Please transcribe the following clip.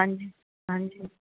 ਹਾਂਜੀ ਹਾਂਜੀ